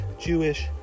Jewish